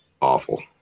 awful